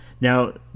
Now